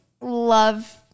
love